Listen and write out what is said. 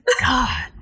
God